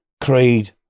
creed